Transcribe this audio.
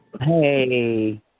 Hey